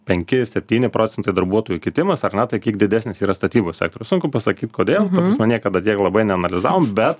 penki septyni procentai darbuotojų kitimas ar ne tai kiek didesnis yra statybos sektorius sunku pasakyt kodėl ta prasme niekada tiek labai neanalizavom bet